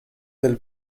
del